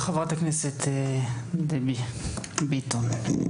חברת הכנסת דבי ביטון.